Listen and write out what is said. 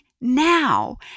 now